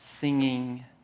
Singing